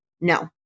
No